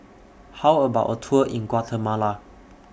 How about A Tour in Guatemala